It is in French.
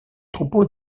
troupeau